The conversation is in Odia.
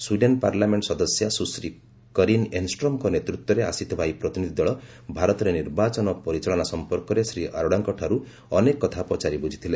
ସ୍ୱିଡେନ୍ ପାର୍ଲାମେଣ୍ଟ ସଦସ୍ୟା ସୁଶ୍ରୀ କରିନ୍ ଏନ୍ଷ୍ଟ୍ରମ୍ଙ୍କ ନେତୃତ୍ୱରେ ଆସିଥିବା ଏହି ପ୍ରତିନିଧି ଦଳ ଭାରତରେ ନିର୍ବାଚନ ପରିଚାଳନା ସମ୍ପର୍କରେ ଶ୍ରୀ ଆରୋଡାଙ୍କଠାରୁ ଅନେକ କଥା ପଚାରି ବୁଝିଥିଲେ